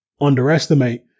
underestimate